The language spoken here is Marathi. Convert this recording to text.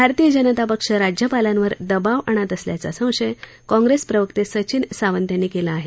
भारतीय जनता पक्ष राज्यपालांवर दबाव आणत असल्याचा संशय काँग्रेस प्रवक्ते सचिन सावंत यांनी केला आहे